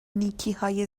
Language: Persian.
نیکیهای